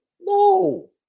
No